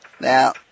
Now